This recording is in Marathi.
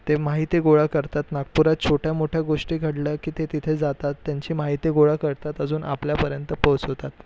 ते माहिती गोळा करतात नागपुरात छोट्या मोठ्या गोष्टी घडल्या की ते तिथे जातात त्यांची माहिती गोळा करतात अजून आपल्यापर्यंत पोचवतात